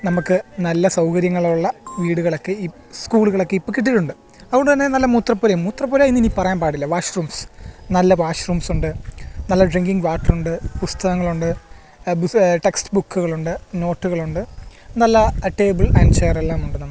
നമുക്ക് നല്ല സൗകര്യങ്ങളുള്ള വീടുകളൊക്കെ ഈ സ്കൂളുകളൊക്കെ ഇപ്പോൾ കിട്ടിയിട്ടുണ്ട് അതുകൊണ്ടുതന്നെ നല്ല മൂത്രപ്പുരയും മൂത്രപ്പുരയെന്ന് ഇനി പറയാൻ പാടില്ല വാഷ്റൂംസ് നല്ല വാഷ്റൂംസുണ്ട് നല്ല ഒരു ഡ്രിങ്കിങ് വാട്ടറുണ്ട് പുസ്തകങ്ങളുണ്ട് ടെക്സ്റ്റ് ബുക്കുകളുണ്ട് നോട്ടുകളുണ്ട് നല്ല ടേബിൾ ആൻഡ് ചെയറുമെല്ലാമുണ്ട് നമുക്ക്